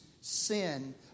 sin